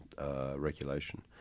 regulation